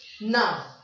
Now